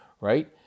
right